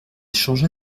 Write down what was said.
changea